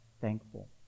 thankful